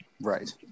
Right